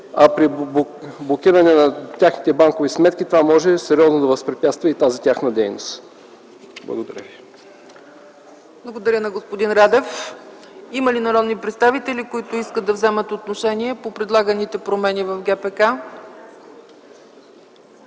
а при блокиране на техните банкови сметки това може сериозно да възпрепятства и тази тяхна дейност. Благодаря ви. ПРЕДСЕДАТЕЛ ЦЕЦКА ЦАЧЕВА: Благодаря на господин Радев. Има ли народни представители, които искат да вземат отношение по предлаганите промени в ГПК?